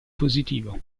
positivo